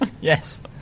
Yes